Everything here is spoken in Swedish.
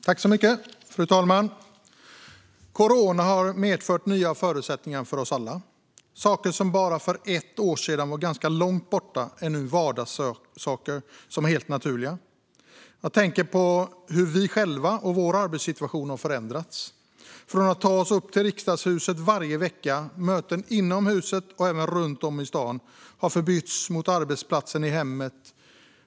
Fru talman! Corona har medfört nya förutsättningar för oss alla. Saker som för bara ett år sedan var ganska långt borta är nu helt naturliga vardagssaker. Jag tänker på hur vi själva och vår arbetssituation har förändrats, från att vi varje vecka har tagit oss upp till Riksdagshuset, haft möten inom huset och även runt om i stan till att nu ha arbetsplatsen i hemmet.